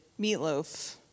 Meatloaf